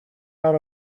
out